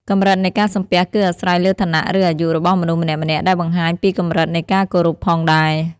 កម្រិតនៃការសំពះគឺអាស្រ័យលើឋានៈឬអាយុរបស់មនុស្សម្នាក់ៗ ដែលបង្ហាញពីកម្រិតនៃការគោរពផងដែរ។